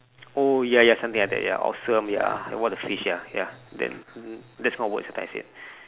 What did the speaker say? oh ya ya something like that ya awesome ya what the fish ya ya then mmhmm that's not words that time I said